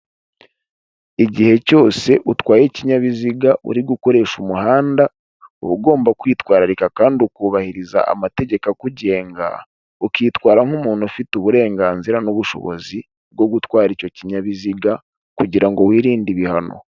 Igihe cyose utwaye ikinyabiziga uri gukoresha umuhanda uba ugomba kwitwararika kandi ukubahiriza amategeko akugenga, ukitwara nk'umuntu ufite uburenganzira n'ubushobozi bwo gutwara icyo kinyabiziga kugira ngo wirinde ibihano.